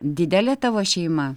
didelė tavo šeima